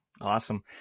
Awesome